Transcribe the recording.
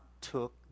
took